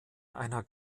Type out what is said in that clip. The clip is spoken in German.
einer